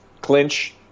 clinch